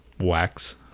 Wax